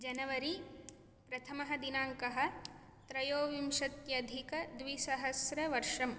January प्रथमः दिनाङ्कः त्रयोविंशत्यधिकद्विसहस्रवर्षम्